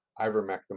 Ivermectin